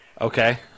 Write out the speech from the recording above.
okay